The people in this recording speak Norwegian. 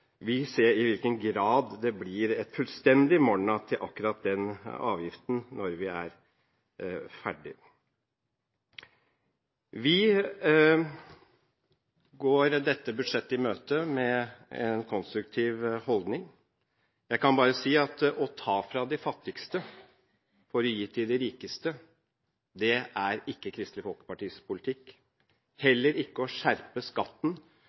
vi se i hvilken grad det blir et fullstendig «morn’a» til akkurat den avgiften når vi er ferdige. Vi går dette budsjettet i møte med en konstruktiv holdning. Jeg kan bare si at å ta fra de fattigste for å gi til de rikeste ikke er Kristelig Folkepartis politikk. Det er heller ikke å skjerpe skatten